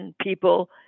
people